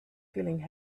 feeling